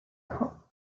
colt